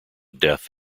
death